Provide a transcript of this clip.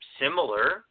similar